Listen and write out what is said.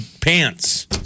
pants